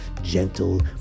gentle